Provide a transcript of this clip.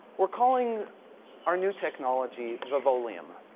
we're calling our new technology vivoleum.